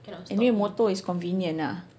anyway motor is convenient ah